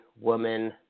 woman